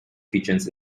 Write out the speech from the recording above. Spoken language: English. kitchens